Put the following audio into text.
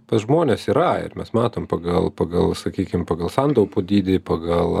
pas žmones yra ir mes matom pagal pagal sakykim pagal santaupų dydį pagal